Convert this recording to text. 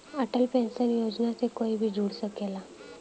Atal pension Yojana से कोई भी जुड़ सकला